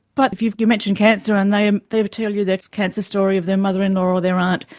but if you you mention cancer and they ah they tell you their cancer story of their mother and or or their aunt.